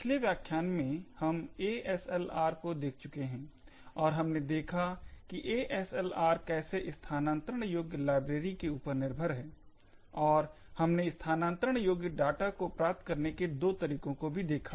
पिछले व्याख्यान में हम ASLR को देख चुके हैं और हमने देखा कि ASLR कैसे स्थानांतरण योग्य लाइब्रेरी के ऊपर निर्भर है और हमने स्थानांतरण योग्य डाटा को प्राप्त करने के दो तरीकों को भी देखा